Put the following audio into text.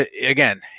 again